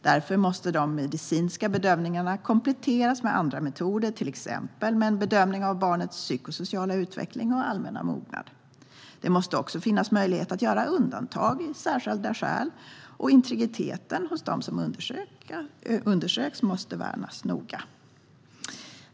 Därför måste de medicinska bedömningarna kompletteras med andra metoder, till exempel med en bedömning av barnets psykosociala utveckling och allmänna mognad. Det måste också finnas möjlighet att göra undantag vid särskilda skäl, och integriteten hos dem som undersöks måste värnas noga.